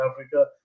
Africa